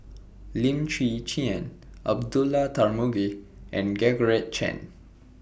Lim Chwee Chian Abdullah Tarmugi and Georgette Chen